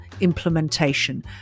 implementation